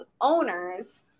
owners